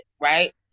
right